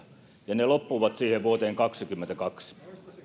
ja ne loppuvat siihen vuoteen kaksikymmentäkaksi